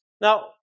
Now